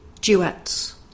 duets